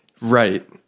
Right